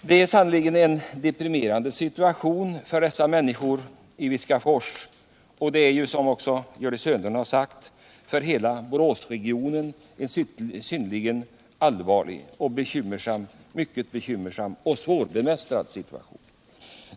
Det är sannerligen en deprimerande situation för dessa människor i Viskafors, och det är också som Gördis Hörnlund har sagt för hela Boråsregionen en synnerligen allvarlig, bekymmersam och svårbemästrad situation.